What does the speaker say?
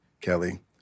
Kelly